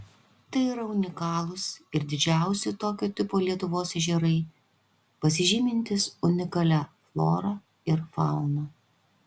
tai yra unikalūs ir didžiausi tokio tipo lietuvos ežerai pasižymintys unikalia flora ir fauna